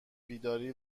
بیداری